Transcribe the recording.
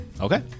Okay